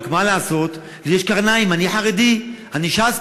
רק מה לעשות, לי יש קרניים, אני חרדי, אני ש"סניק,